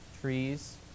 trees